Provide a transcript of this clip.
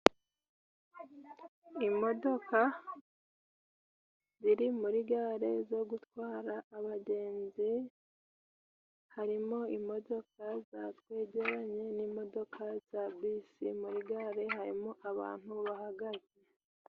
Imodoka ziri muri gare zo gutwara abagenzi harimo imodoka zatwegerane ,n'imodoka za bisi muri gare harimo abantu bahagaze .